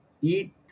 Eat